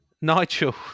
Nigel